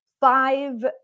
Five